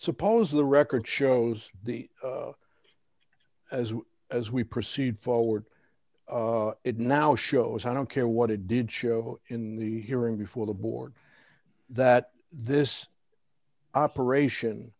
suppose the record shows as as we proceed forward it now shows i don't care what it did show in the hearing before the board that this operation